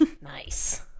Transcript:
Nice